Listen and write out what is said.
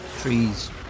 Trees